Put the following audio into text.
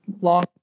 long